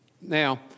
Now